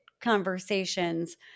conversations